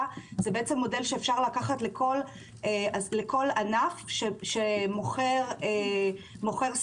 זה מודל שאפשר לקחת לכל ענף שמוכר סחורה.